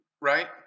right